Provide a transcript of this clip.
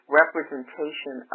representation